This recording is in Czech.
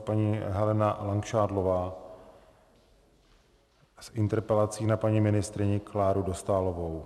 Paní Helena Langšádlová s interpelací na paní ministryni Kláru Dostálovou.